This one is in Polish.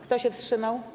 Kto się wstrzymał?